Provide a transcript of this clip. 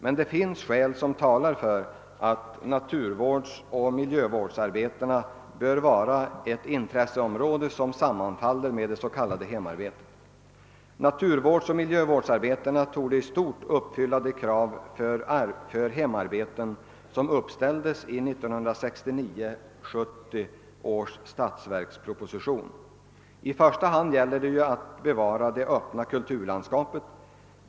Men det finns skäl som talar för att naturvårdsoch miljövårdsarbetena bör vara ett intresseområde, som sammanfaller med det s.k. hemarbetet. Naturvårdsoch miljövårdsarbeten torde i stort uppfylla de krav för hemarbeten, som uppställdes i 1969/70 års statsverksproposition. I första hand gäller det att bevara det öppna kulturlandskapet.